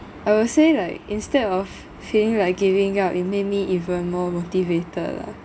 I will say like instead of feeling like giving up it made me even more motivated lah